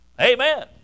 Amen